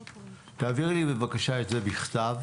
תעבירי לי את זה בבקשה בכתב.